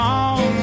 on